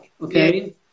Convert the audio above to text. Okay